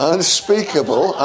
Unspeakable